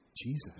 Jesus